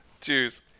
Cheers